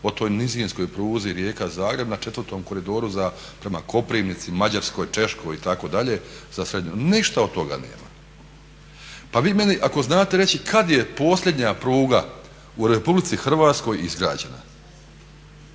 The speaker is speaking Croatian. o toj nizinskoj pruzi Rijeka-Zagreb na IV. koridoru za prema Koprivnici, Mađarskoj, Češkoj itd., ništa od toga nema. Pa vi meni, ako znate reći, kad je posljednja pruga u RH izgrađena?